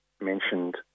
mentioned